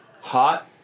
Hot